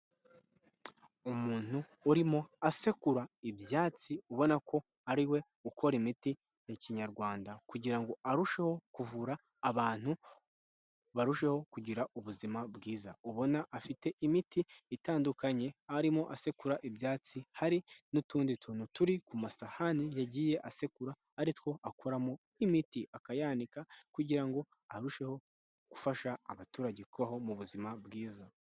Umuntu urimo asekura ibyatsi, ubona ko ariwe ukora imiti ya kinyarwanda kugira ngo arusheho kuvura abantu, barusheho kugira ubuzima bwiza, ubona afite imiti itandukanye, arimo asekura ibyatsi, hari n'utundi tuntu turi ku masahani yagiye asekura, ari two akoramo imiti akayanika kugira ngo arusheho gufasha abaturage kubaho mu buzima bwiza.